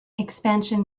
expansion